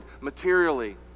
materially